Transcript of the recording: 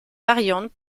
variantes